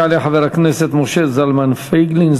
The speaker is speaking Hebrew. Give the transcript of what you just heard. יעלה חבר הכנסת משה זלמן פייגלין,